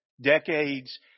decades